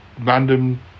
random